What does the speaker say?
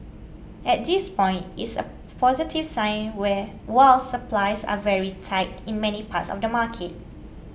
at this point it's a positive sign while supplies are very tight in many parts of the market